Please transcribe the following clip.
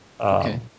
Okay